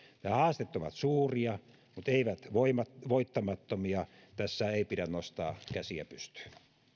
nämä haasteet suuria mutta eivät voittamattomia tässä ei pidä nostaa käsiä pystyyn